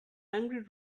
angry